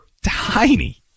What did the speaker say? tiny